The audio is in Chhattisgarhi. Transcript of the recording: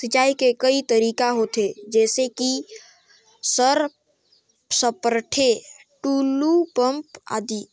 सिंचाई के कई तरीका होथे? जैसे कि सर सरपैट, टुलु पंप, आदि?